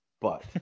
but-